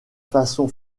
façon